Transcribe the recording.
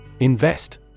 Invest